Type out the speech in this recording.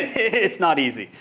it's not easy.